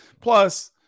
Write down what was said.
Plus